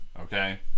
okay